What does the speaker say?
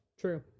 True